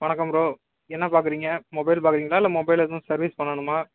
வணக்கம் ப்ரோ என்ன பார்க்குறீங்க மொபைல் பார்க்குறீங்களா இல்லை மொபைல் எதுவும் சர்வீஸ் பண்ணணுமா